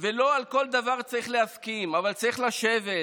ולא על כל דבר צריך להסכים, אבל צריך לשבת.